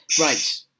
Right